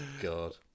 God